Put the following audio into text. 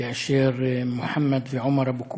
כאשר מוחמד ועומר אבו קוידר,